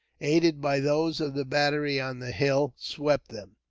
aided by those of the battery on the hill, swept them.